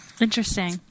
Interesting